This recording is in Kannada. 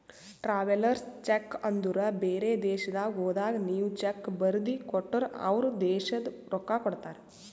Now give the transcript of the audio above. ಟ್ರಾವೆಲರ್ಸ್ ಚೆಕ್ ಅಂದುರ್ ಬೇರೆ ದೇಶದಾಗ್ ಹೋದಾಗ ನೀವ್ ಚೆಕ್ ಬರ್ದಿ ಕೊಟ್ಟರ್ ಅವ್ರ ದೇಶದ್ ರೊಕ್ಕಾ ಕೊಡ್ತಾರ